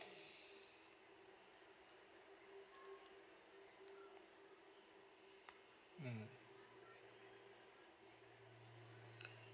mm